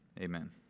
Amen